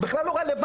זה בכלל לא רלוונטי.